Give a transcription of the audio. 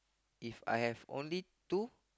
If I have only two